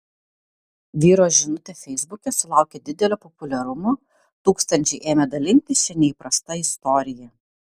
vyro žinutė feisbuke sulaukė didelio populiarumo tūkstančiai ėmė dalintis šia neįprasta istorija